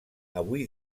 avui